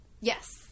yes